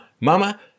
Mama